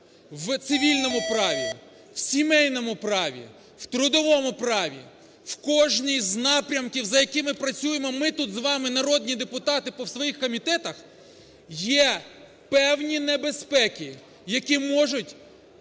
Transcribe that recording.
в цивільному праві, в сімейному праві, в трудовому праві, в кожній з напрямків, за якими працюємо ми тут з вами – народні депутати по своїх комітетах, є певні небезпеки, які можуть